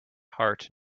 heart